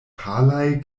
palaj